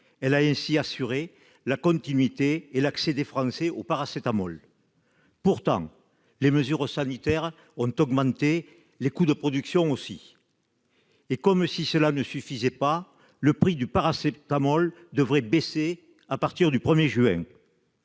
Elle a ainsi assuré la continuité de l'accès des Français au paracétamol. Pourtant, les mesures sanitaires ont entraîné une augmentation des coûts de production. Et comme si cela ne suffisait pas, le prix du paracétamol devrait baisser à partir du 1juin.